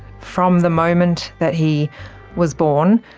from the moment that he was born.